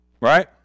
right